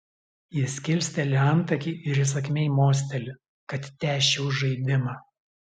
jis kilsteli antakį ir įsakmiai mosteli kad tęsčiau žaidimą